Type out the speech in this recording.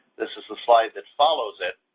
this is the slide that follows it.